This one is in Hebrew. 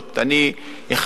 היא פשוט יוצאת מזה,